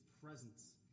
presence